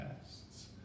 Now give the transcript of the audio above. tests